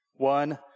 One